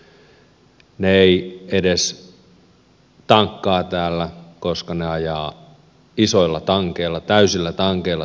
ne eivät edes tankkaa täällä koska ne ajavat isoilla tankeilla täysillä tankeilla tulevat tänne